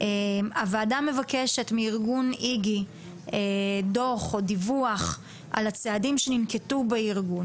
הוועדה מבקשת מארגון איג"י דיווח על הצעדים שננקטו בארגון